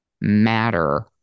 matter